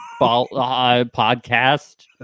Podcast